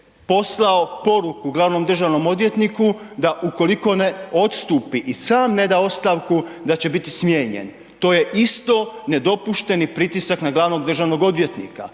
poslao poruku glavnom državnom odvjetniku da ukoliko ne odstupi i sam ne da ostavku, da će biti smijenjen. To je isto nedopušteni pritisak na glavnog državnog odvjetnika.